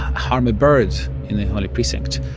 harm a bird in the holy precinct,